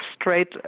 straight